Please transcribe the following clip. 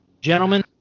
gentlemen